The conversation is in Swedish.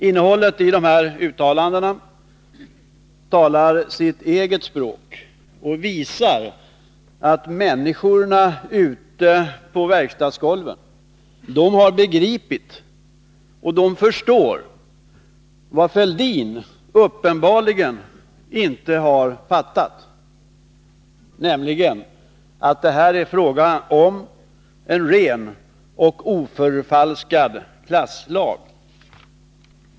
Innehållet i uttalandena talar sitt eget språk. De visar att människorna ute på verkstadsgolven förstår och har begripit vad Thorbjörn Fälldin uppenbarligen inte har fattat, nämligen att det här är fråga om en ren och oförfalskad klasslag.